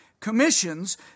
Commissions